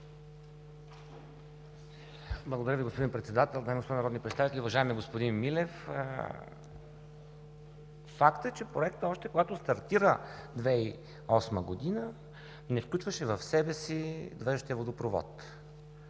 Благодаря Ви, господин Председател. Дами и господа народни представители! Уважаеми господин Милев, факт е, че проектът, още когато стартира 2008 г., не включваше в себе си външния водопровод.